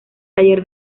taller